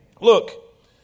Look